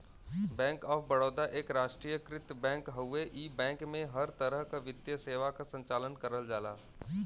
bank of Baroda एक राष्ट्रीयकृत bank हउवे इ बैंक में हर तरह क वित्तीय सेवा क संचालन करल जाला